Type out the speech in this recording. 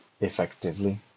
effectively